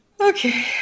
Okay